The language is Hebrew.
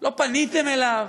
לא פניתם אליו,